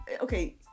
okay